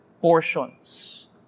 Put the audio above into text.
portions